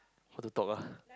how to talk ah